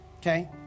Okay